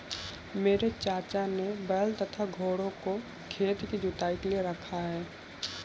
मेरे चाचा ने बैल तथा घोड़ों को खेत की जुताई के लिए रखा है